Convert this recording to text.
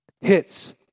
hits